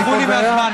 תודה רבה.